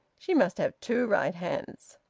she must have two right hands!